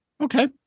Okay